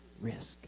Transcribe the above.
Risk